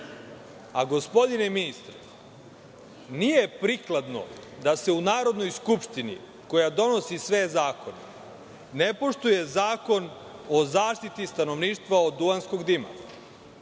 prikladni. Gospodine ministre, nije prikladno da se u Narodnoj skupštini, koja donosi sve zakone, ne poštuje Zakon o zaštiti stanovništva od duvanskog dima.